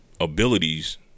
abilities